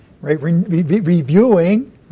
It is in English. reviewing